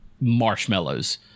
marshmallows